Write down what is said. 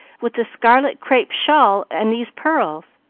with the scarlet crape shawl and these pearls.